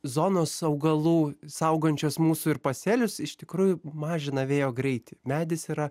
zonos augalų saugančios mūsų ir pasėlius iš tikrųjų mažina vėjo greitį medis yra